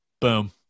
Boom